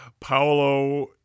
Paolo